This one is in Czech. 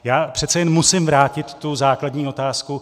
Já přece jen musím vrátit tu základní otázku.